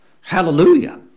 hallelujah